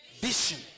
Vision